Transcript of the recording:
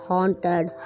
Haunted